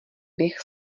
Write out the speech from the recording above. bych